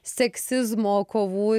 seksizmo kovų